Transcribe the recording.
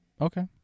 Okay